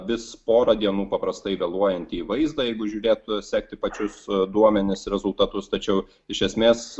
vis porą dienų paprastai vėluojantį vaizdą jeigu žiūrėt sekti pačius duomenis rezultatus tačiau iš esmės